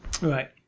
Right